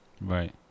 Right